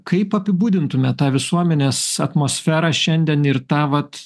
kaip apibūdintumėt tą visuomenės atmosferą šiandien ir tą vat